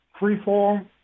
Freeform